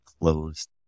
closed